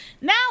now